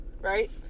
right